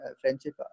friendship